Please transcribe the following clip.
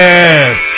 Yes